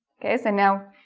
ok, so and now,